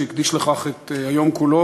שהקדיש לכך את היום כולו,